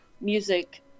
music